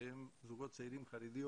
שהם זוגות צעירים חרדים